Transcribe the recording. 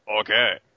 Okay